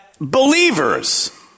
believers